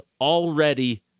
already